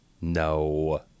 No